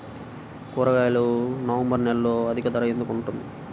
కూరగాయలు నవంబర్ నెలలో అధిక ధర ఎందుకు ఉంటుంది?